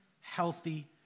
healthy